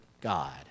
God